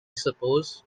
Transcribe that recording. suppose